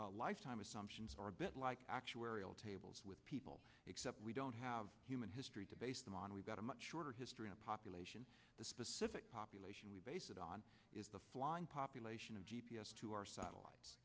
changed lifetime assumptions are a bit like actuarial tables with people except we don't have human history to base them on we've got a much shorter history of population the specific population we base it on is the flying population of g p s to our satellites